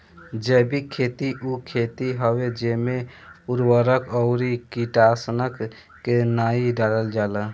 जैविक खेती उ खेती हवे जेमे उर्वरक अउरी कीटनाशक के नाइ डालल जाला